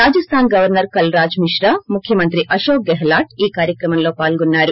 Rajasthan governor Kalraj Mishra ముఖ్యమంత్రి అశోక్ గెహ్ట్ ఈ కార్యక్రమంలో పాల్గొన్నారు